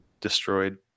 destroyed